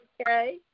okay